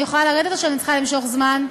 אני יכולה לרדת או שאני צריכה למשוך זמן?